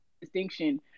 distinction